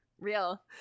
Real